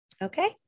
Okay